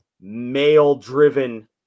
male-driven